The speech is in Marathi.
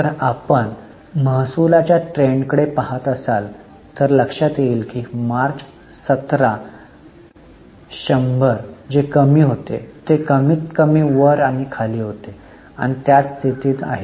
तर आपण महसुलाच्या ट्रेंडकडे पहात असाल तर लक्षात येईल की मार्च 17 100 जे कमी होते ते कमीतकमी वर आणि खाली होते आणि ते त्याच स्थितीत आहे